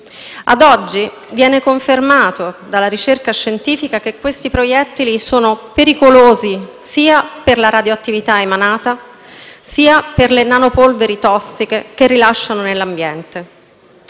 ad oggi, viene confermato dalla ricerca scientifica che questi proiettili sono pericolosi, sia per la radioattività emanata, sia per le nano-polveri tossiche che rilasciano nell'ambiente;